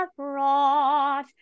brought